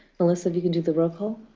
melissa, if you can do the roll call.